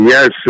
Yes